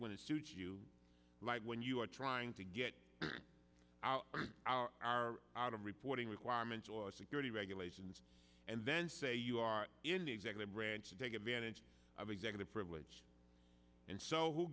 when it suits you like when you are trying to get out our are out of reporting requirements or security regulations and then say you are in the executive branch to take advantage of executive privilege and so who